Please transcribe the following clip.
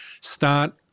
start